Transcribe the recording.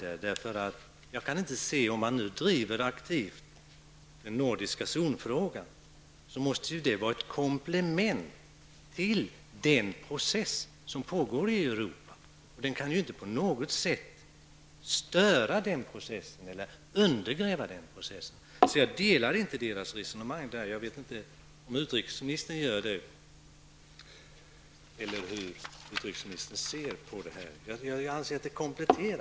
Om man nu driver den nordiska zonfrågan aktivt, kan jag inte på något sätt se att det skulle störa eller undergräva den process som pågår i Europa, utan det måste ju vara ett komplement. Jag håller inte med dem i deras resonemang. Jag vet inte om utrikesministern gör det, eller hur utrikesministern ser på det här.